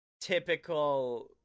typical